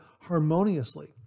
harmoniously